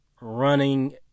running